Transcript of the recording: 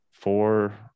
Four